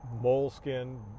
moleskin